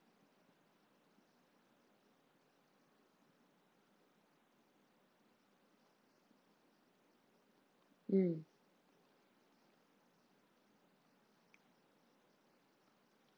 mm